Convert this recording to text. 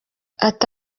ati